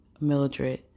Mildred